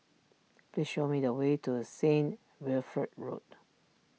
please show me the way to Saint Wilfred Road